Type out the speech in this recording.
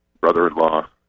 Brother-in-law